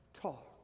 talk